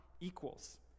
equals